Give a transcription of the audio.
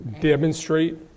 demonstrate